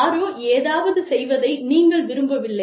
யாரோ ஏதாவது செய்வதை நீங்கள் விரும்பவில்லை